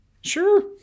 Sure